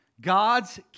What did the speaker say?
God's